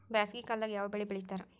ಬ್ಯಾಸಗಿ ಕಾಲದಾಗ ಯಾವ ಬೆಳಿ ಬೆಳಿತಾರ?